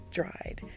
dried